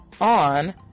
on